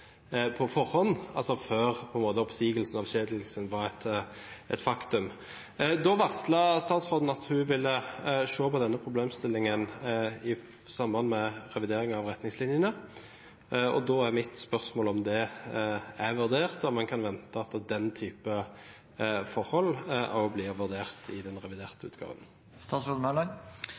forhånd – altså før oppsigelsen/avskjedigelsen var et faktum. Statsråden varslet da at hun ville se på denne problemstillingen i samband med revidering av retningslinjene. Da er mitt spørsmål om dette er vurdert – om en kan vente at den type forhold også blir vurdert i den reviderte